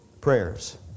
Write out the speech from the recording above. prayers